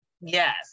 Yes